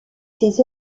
ses